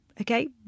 Okay